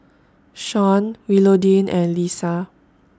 Sean Willodean and Lesa